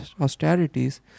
austerities